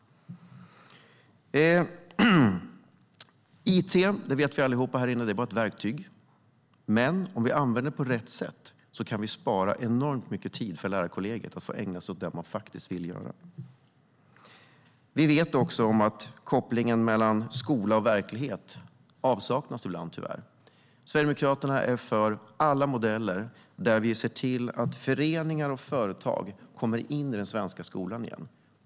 It är bara ett verktyg - det vet vi alla här inne. Men om vi använder det på rätt sätt kan vi spara enormt mycket tid för lärarkollegiet att få ägna sig åt det man faktiskt vill göra. Vi vet också att kopplingen mellan skola och verklighet tyvärr saknas ibland. Sverigedemokraterna är för alla modeller där vi ser till att föreningar och företag kommer in i den svenska skolan igen.